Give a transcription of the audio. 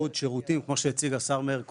עוד שירותים כמו שהציג השר מאיר כהן,